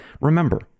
remember